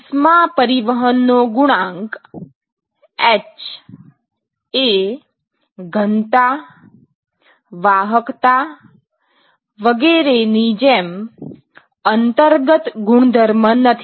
ઉષ્મા પરિવહનનો ગુણાંક h એ ઘનતા વાહકતા વગેરેની જેમ અંતર્ગત ગુણધર્મ નથી